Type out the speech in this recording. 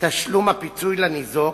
תשלום הפיצוי לניזוק,